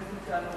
הנושא מאוד חשוב,